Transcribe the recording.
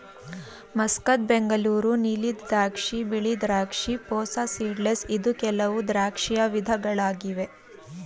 Muscat, Bengaluru ನೀಲಿ ದ್ರಾಕ್ಷಿ, ಬಿಳಿ ದ್ರಾಕ್ಷಿ, ಪೂಸಾ ಸೀಡ್ಲೆಸ್ ಇದು ಕೆಲವು ದ್ರಾಕ್ಷಿಯ ವಿಧಗಳಾಗಿವೆ